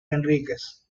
enríquez